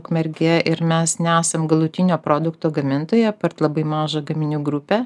ukmergė ir mes nesam galutinio produkto gamintojai apart labai mažą gaminių grupę